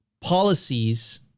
policies